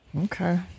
Okay